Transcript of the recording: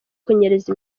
kunyereza